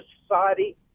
Society